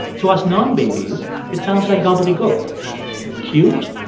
to us non-babies, it sounds like gobbledygook cute,